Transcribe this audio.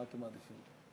הייתה מערכת זמנית,